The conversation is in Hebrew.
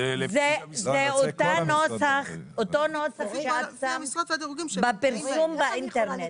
זהו אותו נוסח שאת שמת בפרסום באינטרנט.